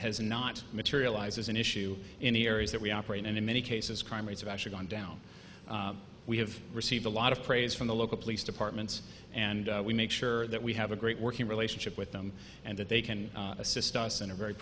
has not materialized as an issue in the areas that we operate and in many cases crime rates have actually gone down we have received a lot of praise from the local police departments and we make sure that we have a great working relationship with them and that they can assist us in a very